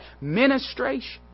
Ministration